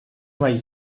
مگه